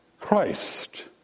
Christ